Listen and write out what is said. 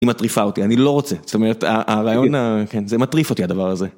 היא מטריפה אותי, אני לא רוצה, זאת אומרת, הרעיון, -כן, כן. -זה מטריף אותי הדבר הזה.